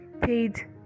paid